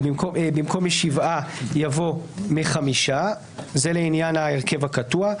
ובמקום "משבעה" יבוא "מחמישה"; זה לעניין ההרכב הקטוע.